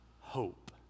hope